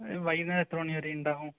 വൈകുന്നേരം എത്ര മണി വരെ ഉണ്ടാവും